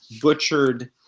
butchered